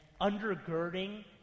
undergirding